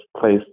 place